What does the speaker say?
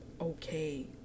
okay